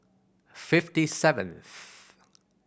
fifty seventh